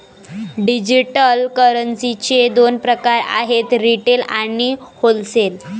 digital करन्सीचे दोन प्रकार आहेत रिटेल आणि होलसेल